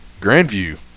Grandview